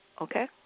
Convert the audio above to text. okay